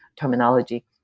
terminology